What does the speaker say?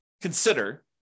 consider